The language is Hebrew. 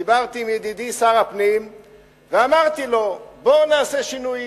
דיברתי עם ידידי שר הפנים ואמרתי לו: בוא נעשה שינויים.